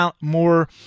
more